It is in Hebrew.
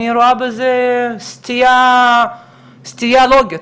אני רואה בזה סתירה לוגית.